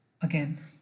again